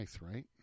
right